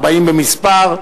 40 במספר,